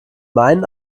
meinen